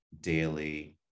daily